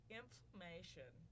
inflammation